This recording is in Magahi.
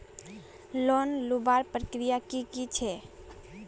लोन लुबार प्रक्रिया की की छे?